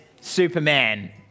Superman